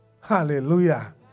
Hallelujah